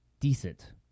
Decent